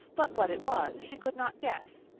but what it was she could not guess,